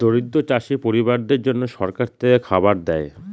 দরিদ্র চাষী পরিবারদের জন্যে সরকার থেকে খাবার দেয়